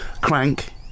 Crank